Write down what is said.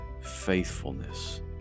faithfulness